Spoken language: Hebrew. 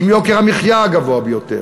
עם יוקר המחיה הגבוה ביותר,